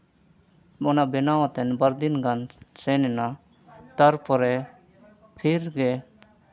ᱚᱱᱟ ᱵᱮᱱᱟᱣ ᱠᱟᱛᱮ ᱵᱟᱨᱫᱤᱱ ᱜᱟᱱ ᱥᱮᱱ ᱮᱱᱟ ᱛᱟᱨᱯᱚᱨᱮ ᱯᱷᱤᱨ ᱜᱮ